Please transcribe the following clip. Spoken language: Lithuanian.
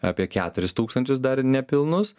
apie keturis tūkstančius dar nepilnus